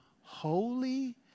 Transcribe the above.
holy